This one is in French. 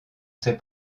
ses